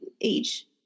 age